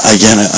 again